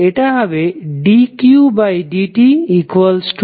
তো এটা হবে dqdtCdvdt